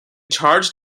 charged